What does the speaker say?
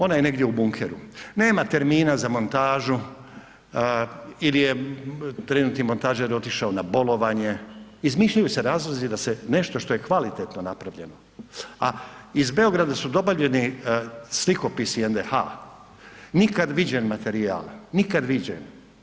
Ona je negdje u bunkeru, nema termina za montažu ili je trenutni montažer otišao na bolovanje, izmišljaju se razlozi da se nešto što je kvalitetno napravljeno, a iz Beograda su dobavljeni slikopisi HND, nikad viđen materijal, nikad viđen.